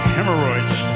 Hemorrhoids